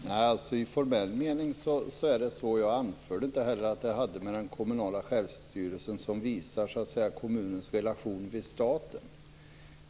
Fru talman! I formell mening är det så. Jag anförde inte heller att det hade med den kommunala självstyrelsen att göra. Den visar ju kommunens relation till staten.